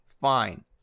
fine